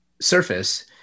surface